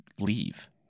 leave